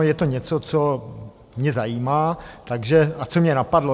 Je to něco, co mě zajímá a co mě napadlo.